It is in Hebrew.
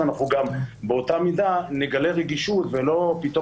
וגם באותה מידה נגלה רגישות ולא פתאום